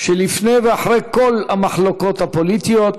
שלפני ואחרי כל המחלוקות הפוליטיות,